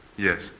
Yes